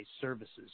services